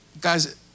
Guys